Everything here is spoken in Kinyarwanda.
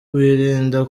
wirinda